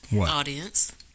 audience